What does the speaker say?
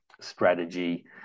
strategy